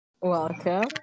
Welcome